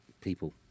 people